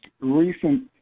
recent